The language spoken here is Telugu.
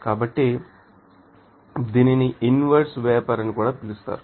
కాబట్టి దీనిని ఇన్వెర్స్ వేపర్ అని కూడా పిలుస్తారు